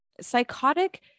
psychotic